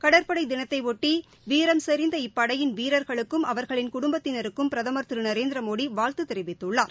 கடற்படைதினத்தையொட்டிவீரம் செறிந்த இப்படையின் வீரர்களுக்கும் அவர்களின் குடும்பத்தினருக்கும் பிரதமர் திருநரேந்திரமோடிவாழ்த்துதெரிவித்துள்ளார்